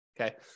Okay